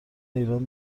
ایران